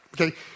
Okay